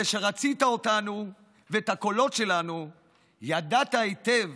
כשרצית אותנו ואת הקולות שלנו ידעת היטב